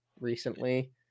recently